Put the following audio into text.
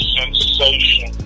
Sensation